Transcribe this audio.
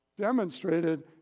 demonstrated